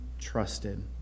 trusted